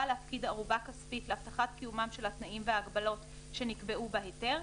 להפקיד ערובה כספית להבטחת קיומם של התנאים וההגבלות שנקבעו בהיתר,